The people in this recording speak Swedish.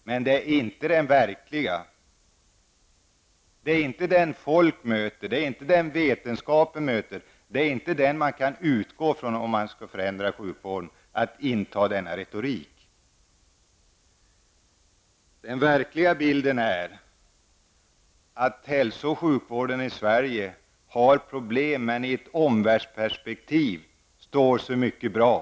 Men det är inte den verkliga bilden. Det är inte den bild som folk möter och inte heller den som vetenskapen möter. Vidare är det inte den bild som man kan utgå från när man vill förändra sjukvården. Det går alltså inte att ha en sådan här retorik. Den verkliga bilden är att hälso och sjukvården i Sverige har problem men att den jämfört med omvärlden står sig mycket bra.